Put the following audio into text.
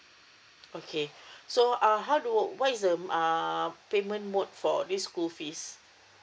okay so err how do what is um payment mode for this school fees